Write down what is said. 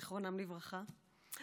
זיכרונם לברכה,